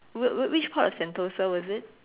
wh~ wh~ which part of Sentosa was it